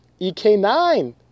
ek9